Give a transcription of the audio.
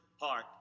heart